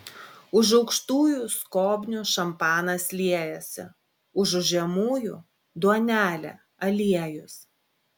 už aukštųjų skobnių šampanas liejasi užu žemųjų duonelė aliejus